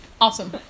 Awesome